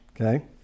Okay